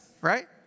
Right